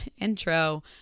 intro